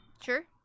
Sure